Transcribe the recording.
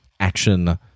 action